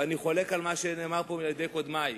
ואני חולק על מה שנאמר פה על-ידי קודמי,